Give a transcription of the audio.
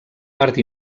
part